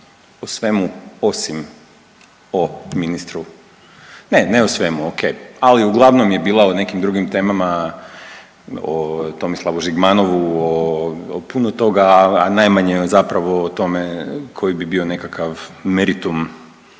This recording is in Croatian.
o svemu osim o ministru, ne o svemu ok, ali uglavnom je bila o nekim drugim temama, o Tomislavu Žigmanovu, o puno toga, a najmanje zapravo o tome koji bi bio nekakav meritum